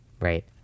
right